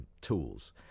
tools